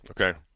okay